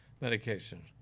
medication